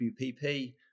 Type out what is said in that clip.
WPP